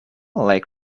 like